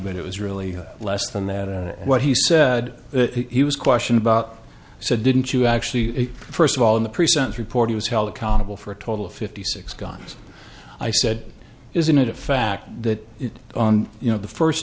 but it was really less than that what he said he was question about so didn't you actually first of all in the present report he was held accountable for a total of fifty six guns i said isn't it a fact that it you know the first